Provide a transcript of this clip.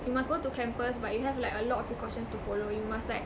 you must go to campus but you have like a lot of precautions to follow you must like